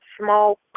small